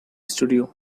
studios